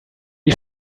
die